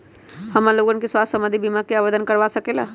हमन लोगन के स्वास्थ्य संबंधित बिमा का आवेदन ऑनलाइन कर सकेला?